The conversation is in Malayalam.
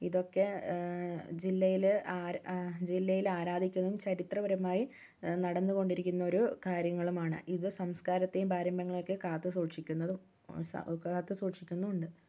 ഇതൊക്കെ ജില്ലയിലെ ജില്ലയിൽ ആരാധിക്കുന്നതും ചരിത്രപരമായി നടന്നുകൊണ്ടിരിക്കുന്ന കാര്യങ്ങളുമാണ് ഇത് സംസ്കാരത്തെയും പാരമ്പര്യങ്ങളെയുമൊക്കെ കാത്തുസൂക്ഷിക്കുന്നുമുണ്ട്